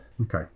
Okay